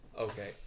Okay